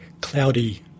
cloudy